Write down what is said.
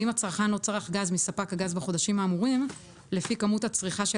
ואם הצרכן לא צרך גז מספק הגז בחודשים האמורים לפי כמות הצריכה של